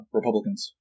Republicans